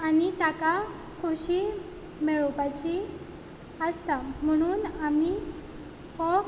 आनी ताका खोशी मेळोवपाची आसता म्हुणून आमी हो